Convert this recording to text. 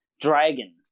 dragon